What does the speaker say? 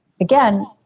again